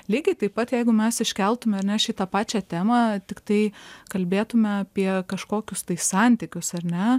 lygiai taip pat jeigu mes iškeltume ane šitą pačią temą tiktai kalbėtume apie kažkokius tai santykius ar ne